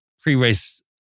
pre-race